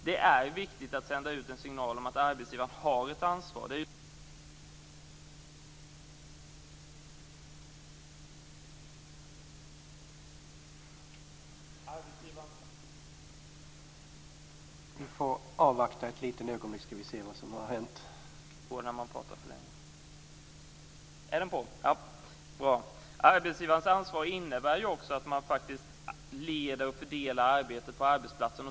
Det är viktigt att sända ut en signal om att arbetsgivaren har ett ansvar. Arbetsgivarens ansvar innebär också att arbetsgivaren faktiskt leder och fördelar arbetet på arbetsplatsen.